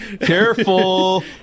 Careful